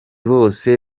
bose